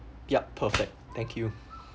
yup perfect thank you